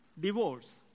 divorce